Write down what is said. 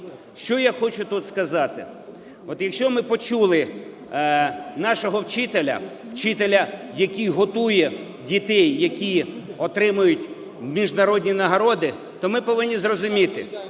Що я хочу тут сказати. От якщо ми почули нашого вчителя, вчителя, який готує дітей, які отримають міжнародні нагороди, то ми повинні розуміти,